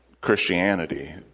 Christianity